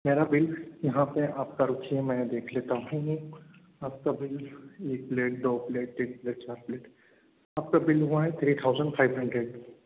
मेरा बिल यहाँ पर आपका रुकिए मैं देख लेता हूँ आपका बिल एक प्लेट दो प्लेट तीन प्लेट चार प्लेट आपका बिल हुआ है थ्री थाउज़ट फ़ाइव हन्ड्रेड